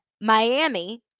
Miami